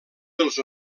dels